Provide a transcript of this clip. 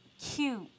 cute